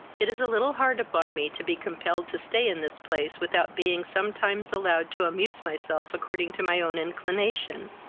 it is a little hard upon me to be compelled to stay in this place without being sometimes allowed to amuse myself according to my own inclination!